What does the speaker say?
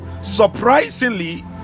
surprisingly